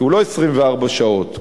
כי הוא לא 24 שעות שם,